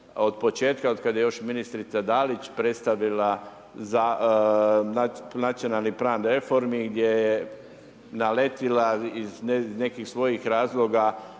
od početka od kad je još ministrica Dalić predstavila nacionalni plan reformi gdje je naletila iz nekih svojih razloga